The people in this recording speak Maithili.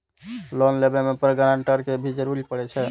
लोन लेबे में ग्रांटर के भी जरूरी परे छै?